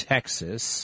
Texas